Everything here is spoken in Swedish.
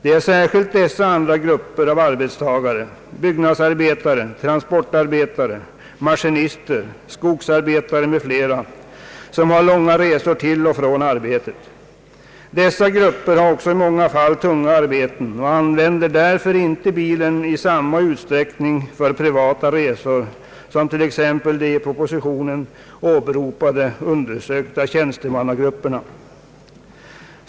Det är särskilt dessa and har långa resor till och från arbetet. Dessa grupper har också i många fall tunga arbeten och använder därför inte bilen i samma utsträckning för privata resor som t.ex. de i propositionen åberopade undersökta tjänstemannagrupperna.